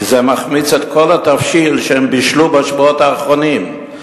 כי זה מחמיץ את כל התבשיל שהם בישלו בשבועות האחרונים.